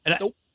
nope